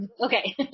Okay